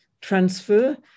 transfer